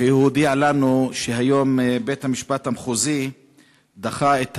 והוא הודיע לנו שהיום בית-המשפט המחוזי דחה את